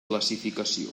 classificació